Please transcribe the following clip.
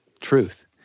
truth